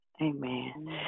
Amen